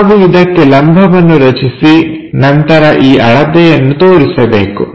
ನಾವು ಇದಕ್ಕೆ ಲಂಬವನ್ನು ರಚಿಸಿ ನಂತರ ಈ ಅಳತೆಯನ್ನು ತೋರಿಸಬೇಕು